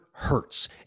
hurts